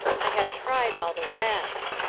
i have tried all the rest.